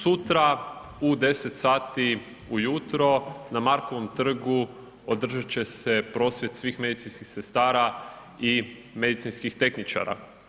Sutra u 10 sati ujutro na Markovom trgu održat će se prosvjed svih medicinskih sestara i medicinskih tehničara.